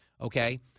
Okay